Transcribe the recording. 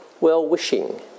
well-wishing